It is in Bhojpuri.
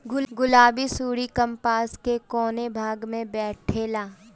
गुलाबी सुंडी कपास के कौने भाग में बैठे ला?